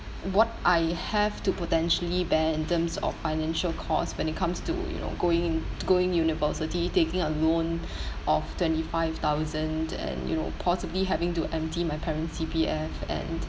what I have to potentially bear in terms of financial cost when it comes to you know going int~ going university taking a loan of twenty five thousand and you know possibly having to empty my parent's C_P_F and